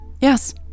Yes